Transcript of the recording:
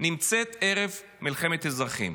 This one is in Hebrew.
נמצאת ערב מלחמת אזרחים.